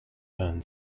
and